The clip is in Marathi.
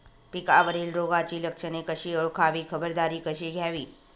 पिकावरील रोगाची लक्षणे कशी ओळखावी, खबरदारी कशी घ्यावी?